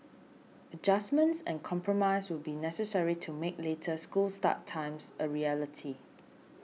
adjustments and compromise will be necessary to make later school start times a reality